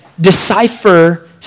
decipher